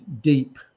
deep